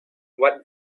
what